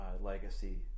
legacy